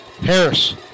Harris